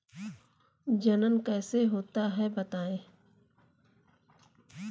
जनन कैसे होता है बताएँ?